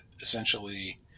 essentially